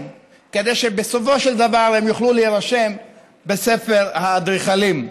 כדי שבסופו של דבר הם יוכלו להירשם בספר האדריכלים.